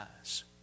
eyes